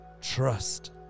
trust